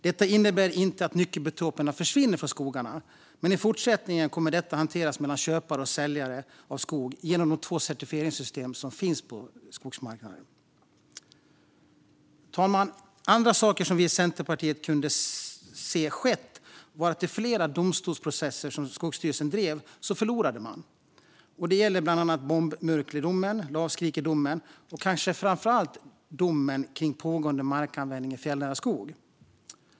Detta innebär inte att nyckelbiotoperna försvinner från skogarna, men i fortsättningen kommer detta att hanteras mellan köpare och säljare av skog genom de två certifieringssystem som finns på skogsmarknaden. Fru talman! Andra saker som vi i Centerpartiet kunde se hade skett var att Skogsstyrelsen förlorat i flera domstolsprocesser som man drivit. Det gällde bland annat bombmurkledomen, lavskrikedomen och kanske framför allt domen om pågående markanvändning i fjällnära skog.